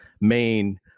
main